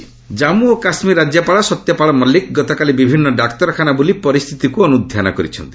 JK governor Jammu ଓ କାଶ୍ମୀର ରାଜ୍ୟପାଳ ସତ୍ୟପାଳ ମଲ୍ଟିକ୍ ଗତକାଲି ବିଭିନ୍ନ ଡାକ୍ତରଖାନା ବୁଲି ପରିସ୍ଥିତିକୁ ଅନୁଧ୍ୟାନ କରିଛନ୍ତି